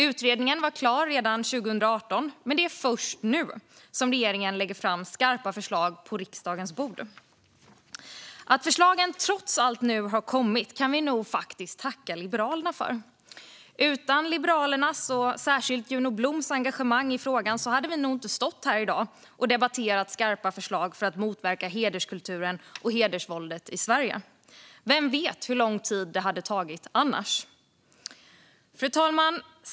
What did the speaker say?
Utredningen var klar redan 2018, men regeringen lägger först nu fram skarpa förslag på riksdagens bord. Att förslagen trots allt nu har kommit kan vi nog tacka Liberalerna för. Utan Liberalernas och särskilt Juno Bloms engagemang i frågan hade vi kanske inte stått här i dag och debatterat skarpa förslag för att motverka hederskulturen och hedersvåldet i Sverige. Vem vet hur lång tid det hade tagit annars? Fru talman!